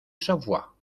savoie